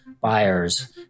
buyers